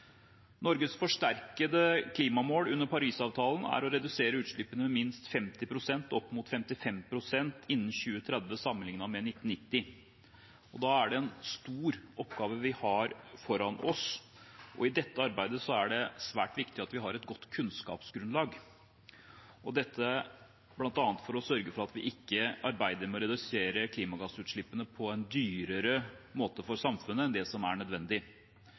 Norges forsterkede klimamål under Parisavtalen er å redusere utslippene med minst 50 pst., opp mot 55 pst., innen 2030 sammenlignet med 1990. Da er det en stor oppgave vi har foran oss. I dette arbeidet er det svært viktig at vi har et godt kunnskapsgrunnlag, dette bl.a. for å sørge for at vi ikke arbeider med å redusere klimagassutslippene på en dyrere måte for samfunnet enn det som er nødvendig.